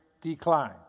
decline